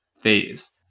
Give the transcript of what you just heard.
phase